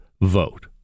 vote